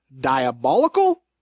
diabolical